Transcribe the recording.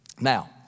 Now